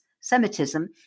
Semitism